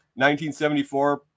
1974